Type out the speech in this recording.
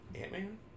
Ant-Man